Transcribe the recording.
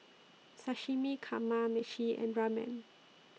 Sashimi Kamameshi and Ramen